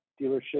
dealership